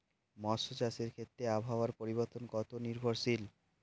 মৎস্য চাষের ক্ষেত্রে আবহাওয়া পরিবর্তন কত নির্ভরশীল?